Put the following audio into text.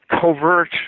covert